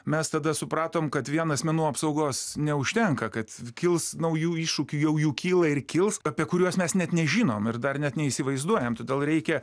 mes tada supratom kad vien asmenų apsaugos neužtenka kad kils naujų iššūkių jau jų kyla ir kils apie kuriuos mes net nežinom ir dar net neįsivaizduojam todėl reikia